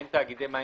בין תאגידי מים,